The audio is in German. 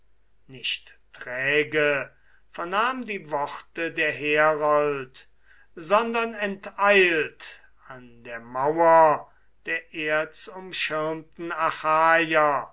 nicht träge vernahm die worte der herold sondern enteilt an der mauer der erzumschirmten